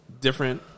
different